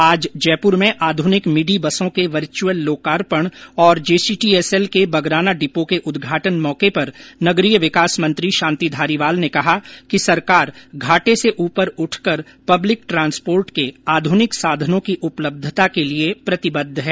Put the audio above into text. आज जयपुर में आधुनिक मिडी बसों के वर्चुअल लोकार्पण और जेसीटीएसएल के बगराना डिपो के उद्घाटन मौके पर नगरीय विकास मंत्री शांति धारीवाल ने कहा कि सरकार घाटे से ऊपर उठकर पब्लिक ट्रांसपोर्ट के आधुनिक साधनों की उपलब्धता के लिए प्रतिबद्ध है